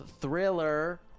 Thriller